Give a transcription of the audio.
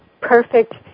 perfect